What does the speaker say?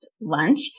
lunch